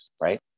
right